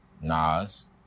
Nas